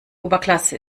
oberklasse